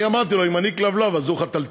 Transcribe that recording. אני אמרתי לו: אם אני כלבלב אז הוא חתלתול,